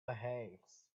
behaves